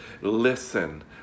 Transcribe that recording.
listen